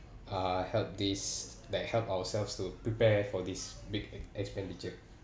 uh help this like help ourselves to prepare for this big expenditure